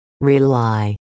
Rely